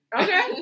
Okay